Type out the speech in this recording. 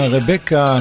Rebecca